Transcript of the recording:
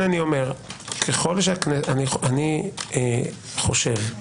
אני חושב,